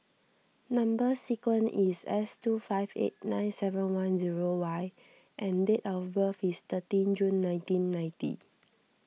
Number Sequence is S two five eight nine seven one zero Y and date of birth is thirteen June nineteen ninety